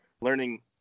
learning